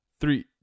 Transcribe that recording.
three